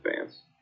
fans